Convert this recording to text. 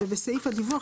הדיווח